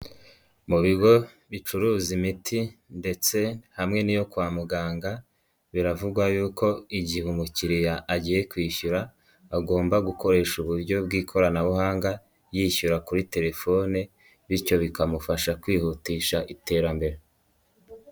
Mu bigo bicuruza imiti ndetse hamwe n'iyo kwa muganga, biravugwa yuko igihe umukiriya agiye kwishyura, agomba gukoresha uburyo bw'ikoranabuhanga, yishyura kuri telefone, bityo bikamufasha kwihutisha iterambere.